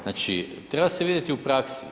Znači, treba se vidjeti u praksi.